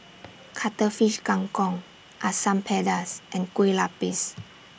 Cuttlefish Kang Kong Asam Pedas and Kue Lupis